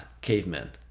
cavemen